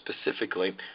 specifically